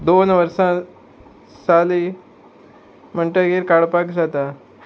दोन वर्सां साली म्हणटगीर काडपाक जाता